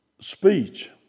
Speech